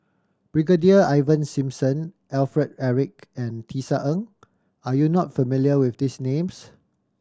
Brigadier Ivan Simson Alfred Eric and Tisa Ng are you not familiar with these names